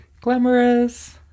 glamorous